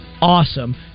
awesome